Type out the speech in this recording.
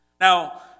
Now